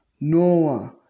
Noah